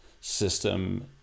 system